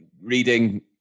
reading